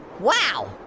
wow,